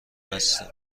هستیم